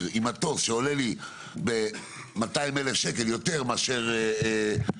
עם מטוס שעולה לי 200,000 שקל יותר מאשר רכב,